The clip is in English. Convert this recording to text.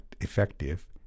effective